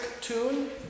tune